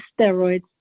steroids